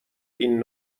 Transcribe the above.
این